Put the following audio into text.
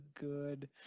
good